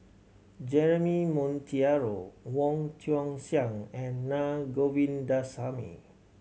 Jeremy Monteiro Wong Tuang Seng and Naa Govindasamy